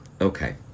Okay